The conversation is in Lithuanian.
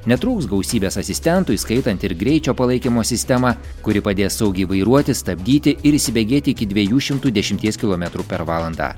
netrūks gausybės asistentų įskaitant ir greičio palaikymo sistemą kuri padės saugiai vairuoti stabdyti ir įsibėgėti iki dviejų šimtų dešimties kilometrų per valandą